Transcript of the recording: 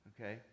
okay